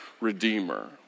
redeemer